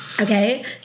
Okay